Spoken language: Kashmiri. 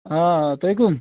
آ آ تُہۍ کَم